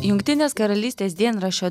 jungtinės karalystės dienraščio